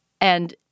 And-